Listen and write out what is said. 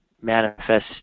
manifest